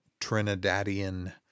Trinidadian